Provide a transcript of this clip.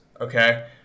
okay